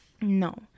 no